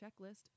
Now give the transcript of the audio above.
checklist